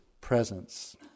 presence